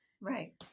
right